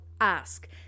Ask